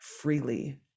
freely